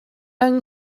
yng